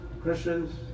Christians